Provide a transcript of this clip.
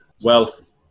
wealth